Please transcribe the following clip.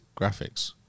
graphics